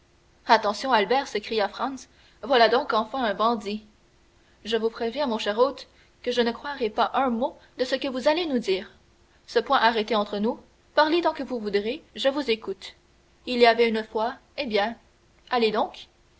albert s'écria franz voilà donc enfin un bandit je vous préviens mon cher hôte que je ne croirai pas un mot de ce que vous allez nous dire ce point arrêté entre nous parlez tant que vous voudrez je vous écoute il y avait une fois eh bien allez donc